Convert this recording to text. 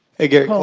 hey gary, cole.